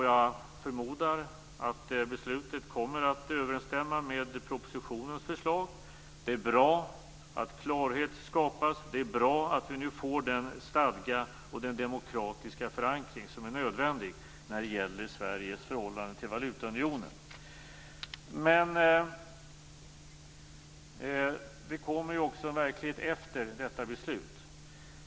Jag förmodar att beslutet kommer att överensstämma med propositionens förslag. Det är bra att klarhet skapas. Det är bra att vi nu får den stadga och den demokratiska förankring som är nödvändiga när det gäller Sveriges förhållande till valutaunionen. Men det kommer också en verklighet efter detta beslut.